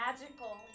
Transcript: magical